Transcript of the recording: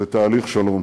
ותהליך שלום.